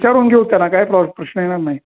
करून घेऊ ना काय प्रश्न नाही